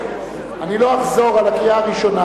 אני לא אחזור על הקריאה הראשונה,